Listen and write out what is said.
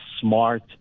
smart